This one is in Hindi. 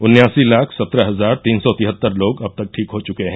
उन्यासी लाख सत्रह हजार तीन सौ तिहत्तर लोग अब तक ठीक हो चुके हैं